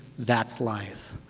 that's life.